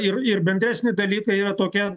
ir ir bendresni dalykai yra tokie